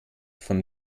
vom